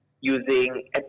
using